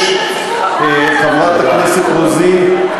חברת הכנסת רוזין,